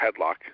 headlock